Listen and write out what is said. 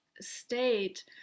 state